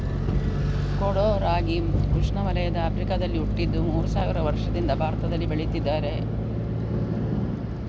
ಕೊಡೋ ರಾಗಿ ಉಷ್ಣವಲಯದ ಆಫ್ರಿಕಾದಲ್ಲಿ ಹುಟ್ಟಿದ್ದು ಮೂರು ಸಾವಿರ ವರ್ಷದಿಂದ ಭಾರತದಲ್ಲಿ ಬೆಳೀತಿದ್ದಾರೆ